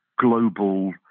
global